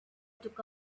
took